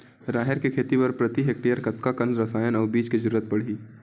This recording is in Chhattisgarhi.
राहेर के खेती बर प्रति हेक्टेयर कतका कन रसायन अउ बीज के जरूरत पड़ही?